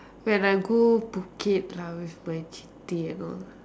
when I go Phuket lah with my சித்தி:siththi and all